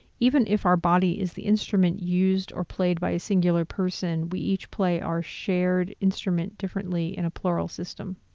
even if our body is the instrument used or played by a singular person, we each play our shared instrument differently in a plural system.